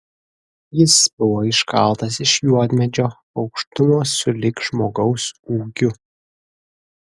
jis buvo iškaltas iš juodmedžio aukštumo sulig žmogaus ūgiu